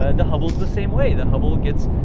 ah the hubble's the same way the hubble gets,